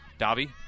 Davi